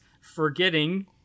forgetting